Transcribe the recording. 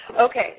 Okay